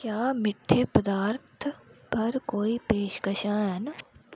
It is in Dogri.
क्या मिट्ठे पदार्थ पर कोई पेशकशां हैन